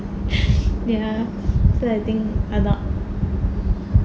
ya so I think